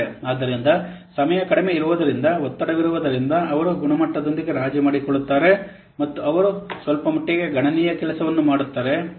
ಆದ್ದರಿಂದ ಸಮಯ ಕಡಿಮೆ ಇರುವುದರಿಂದ ಒತ್ತಡವಿರುವುದರಿಂದ ಅವರು ಗುಣಮಟ್ಟದೊಂದಿಗೆ ರಾಜಿ ಮಾಡಿಕೊಳ್ಳುತ್ತಾರೆ ಮತ್ತು ಅವರು ಸ್ವಲ್ಪಮಟ್ಟಿಗೆ ಗಣನೀಯ ಕೆಲಸವನ್ನು ಮಾಡುತ್ತಾರೆ